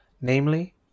namely